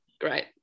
great